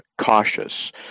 cautious